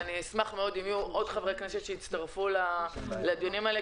ואשמח מאוד אם חברי כנסת נוספים יצטרפו לדיונים האלה.